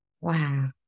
Wow